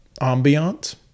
ambiance